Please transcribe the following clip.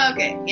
Okay